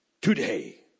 Today